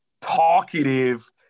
talkative